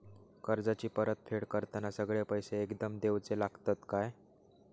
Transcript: कर्जाची परत फेड करताना सगळे पैसे एकदम देवचे लागतत काय?